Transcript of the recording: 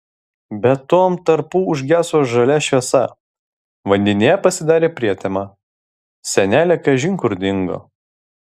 bet tuom tarpu užgeso žalia šviesa vandenyje pasidarė prietema senelė kažin kur dingo